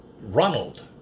Ronald